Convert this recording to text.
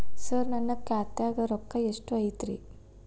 ಸರ ನನ್ನ ಖಾತ್ಯಾಗ ರೊಕ್ಕ ಎಷ್ಟು ಐತಿರಿ?